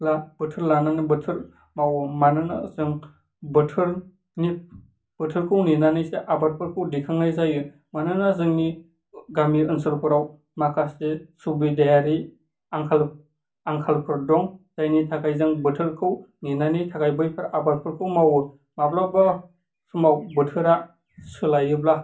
बोथोर लानानै बोथोर मावो मानोना जों बोथोरनि बोथोरखौ नेनानैसो आबादफोरखौ दैखांनाय जायो मानोना जोंनि गामि ओनसोलफोराव माखासे सुबिदायारि आंखाल आंखालफोर दं जायनि थाखाय जों बोथोरखौ नेनायनि थाखाय बैफोर आबादफोरखौ मावो माब्लाबा समाव बोथोरा सोलायोब्ला